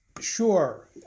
Sure